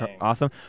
awesome